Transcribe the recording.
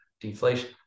deflation